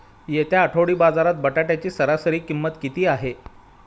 येत्या आठवडी बाजारात बटाट्याची सरासरी किंमत किती आहे?